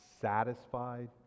satisfied